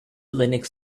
linux